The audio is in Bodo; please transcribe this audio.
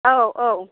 औ औ